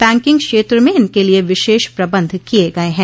banking क्षेत्र में इनके लिए विशेष प्रबंध किये गये हैं